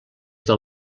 del